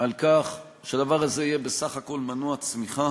על כך שהדבר הזה יהיה בסך הכול מנוע צמיחה,